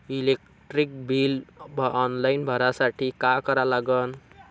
Electric bill online भरासाठी का करा लागन?